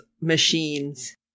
machines